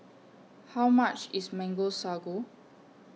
How much IS Mango Sago